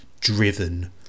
driven